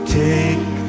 take